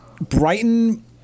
Brighton